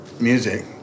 music